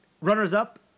Runners-up